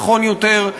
נכון יותר,